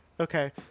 Okay